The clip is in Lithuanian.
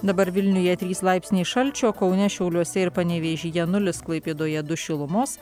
dabar vilniuje trys laipsniai šalčio kaune šiauliuose ir panevėžyje nulis klaipėdoje du šilumos